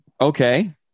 Okay